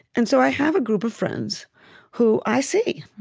and so i have a group of friends who i see,